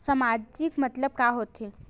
सामाजिक मतलब का होथे?